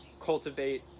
cultivate